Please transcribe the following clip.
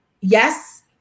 yes